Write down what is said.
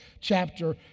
chapter